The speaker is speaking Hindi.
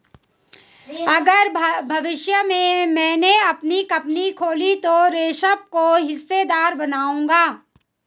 अगर भविष्य में मैने अपनी कंपनी खोली तो ऋषभ को हिस्सेदार बनाऊंगा